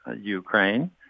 Ukraine